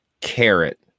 carrot